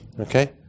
okay